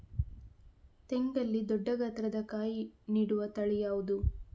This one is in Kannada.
ತೆಂಗಲ್ಲಿ ದೊಡ್ಡ ಗಾತ್ರದ ಕಾಯಿ ನೀಡುವ ತಳಿ ಯಾವುದು?